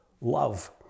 love